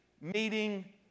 meeting